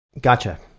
Gotcha